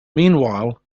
meanwhile